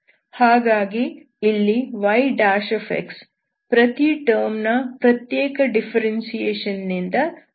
ಹಾಗಾಗಿ ಇಲ್ಲಿ y ಪ್ರತಿ ಟರ್ಮ್ ನ ಪ್ರತ್ಯೇಕ ಡಿಫ್ಫೆರೆನ್ಶಿಯೇಷನ್ ನಿಂದ ದೊರೆಯುತ್ತದೆ